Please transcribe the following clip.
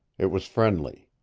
it was friendly.